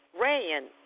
Ran